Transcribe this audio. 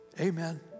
Amen